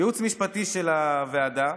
ייעוץ משפטי של הוועדה,